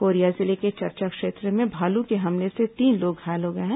Korea जिले के चरचा क्षेत्र में भालू के हमले से तीन लोग घायल हो गए हैं